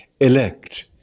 elect